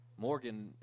Morgan